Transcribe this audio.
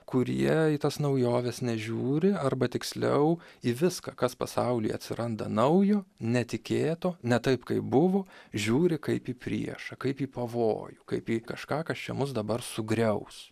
kurie į tas naujoves nežiūri arba tiksliau į viską kas pasauly atsiranda naujo netikėto ne taip kaip buvo žiūri kaip į priešą kaip į pavojų kaip į kažką kas čia mus dabar sugriaus